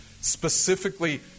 specifically